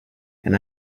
and